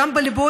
גם בליבו,